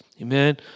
Amen